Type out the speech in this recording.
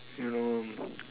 you know